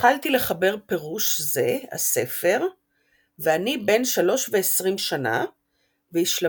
התחלתי לחבר פירוש זה הספר ואני בן שלוש ועשרים שנה והשלמתיו